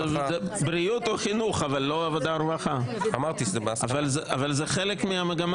בגלל --- רגע, זה נושא רציני.